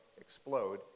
explode